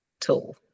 tool